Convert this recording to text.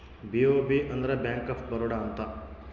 BOB ಅಂದ್ರ bank of Baroda ಅಂತ